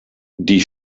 die